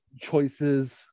choices